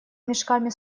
мешками